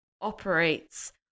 operates